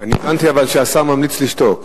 הבנתי, אבל, שהשר ממליץ לשתוק.